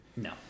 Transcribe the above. No